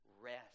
rest